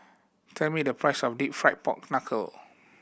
tell me the price of Deep Fried Pork Knuckle